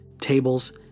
tables